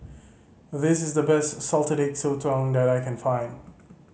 this is the best Salted Egg Sotong that I can find